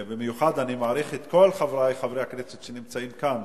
במיוחד אני מעריך את כל חברי חברי הכנסת שנמצאים כאן,